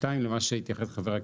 שניים, למה שהתייחס חבר הכנסת.